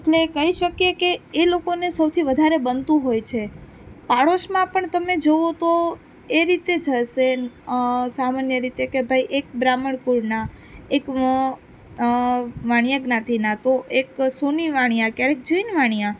એટલે કહી શકીએ કે એ લોકોને સૌથી વધારે બનતું હોય છે પાડોશમાં પણ તમે જુઓ તો એ રીતે જ હશે સામાન્ય રીતે કે ભાઈ એક બ્રાહ્મણ કુળનાં એક વાણિયા જ્ઞાતિનાં તો એક સોની વાણિયા ક્યારેક જૈન વાણિયા